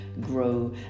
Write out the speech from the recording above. grow